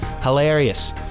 hilarious